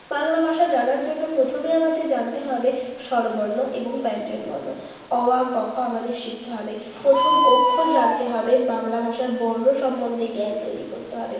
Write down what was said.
বাংলা ভাষা জানার জন্য প্রথমেই আমাদের জানতে হবে স্বরবর্ণ এবং ব্যঞ্জনবর্ণ অ আ ক খ আমাদের শিখতে হবে প্রথম অক্ষর জানতে হবে বাংলা ভাষার বর্ণ সম্বন্ধে জ্ঞান তৈরি করতে হবে